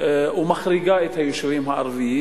ומחריגה את היישובים הערביים,